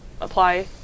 apply